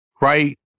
right